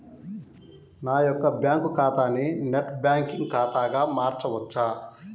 నా యొక్క బ్యాంకు ఖాతాని నెట్ బ్యాంకింగ్ ఖాతాగా మార్చవచ్చా?